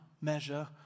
measure